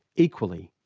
equally,